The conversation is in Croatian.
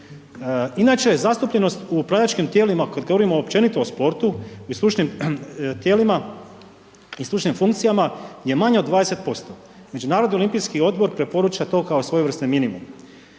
Inače zastupljenost u …/nerazumljivo/… tijelima kad govorimo općenito o sportu i stručnim tijelima i stručnim funkcijama je manja od 20%. Međunarodni olimpijski odbor preporuča to kao svojevrsni minimum.